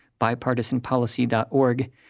bipartisanpolicy.org